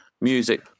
music